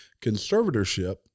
conservatorship